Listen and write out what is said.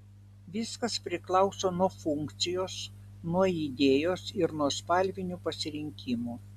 viskas priklauso nuo funkcijos nuo idėjos ir nuo spalvinių pasirinkimų